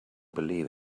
believe